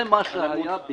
זה מה שהיה בדיוק.